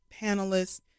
panelists